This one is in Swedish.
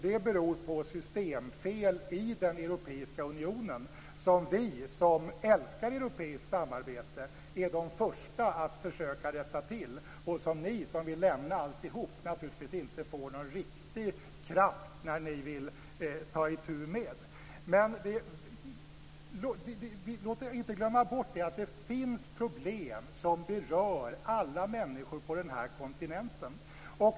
Det beror på systemfel i den europeiska unionen som vi, som älskar europeiskt samarbete, är de första att försöka rätta till men som ni, som vill lämna alltihop, naturligtvis inte får någon riktig kraft att ta itu med. Låt oss inte glömma bort att det finns problem som berör alla människor på den här kontinenten.